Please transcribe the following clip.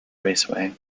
raceway